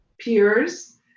peers